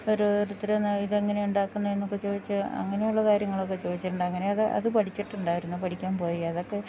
ഓരോരുത്തര് ന്ന ഇതെങ്ങനെയാണ് ഉണ്ടാക്കുന്നതെന്നൊക്കെ ചോദിച്ച് അങ്ങനെയുള്ള കാര്യങ്ങളൊക്കെ ചോദിച്ചിട്ടുണ്ട് അങ്ങനെ അത് അത് പഠിച്ചിട്ടുണ്ടായിരുന്നു പഠിക്കാൻ പോയി അതൊക്കെ